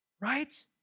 Right